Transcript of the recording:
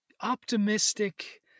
optimistic